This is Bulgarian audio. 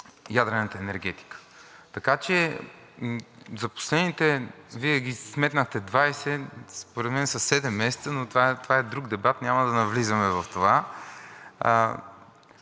ядрената енергетика. Така че за последните, Вие ги сметнахте 20, според мен са седем месеца, но това е друг дебат, няма да навлизаме в това,